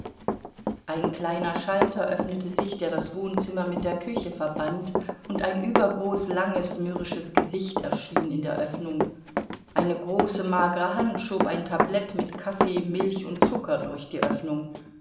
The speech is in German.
ein kleiner schalter öffnete sich der das wohnzimmer mit der küche verband und ein übergroß langes mürrisches gesicht erschien in der öffnung eine große magere hand schob ein tablett mit kaffee milch und zucker durch die öffnung